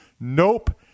Nope